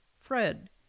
Fred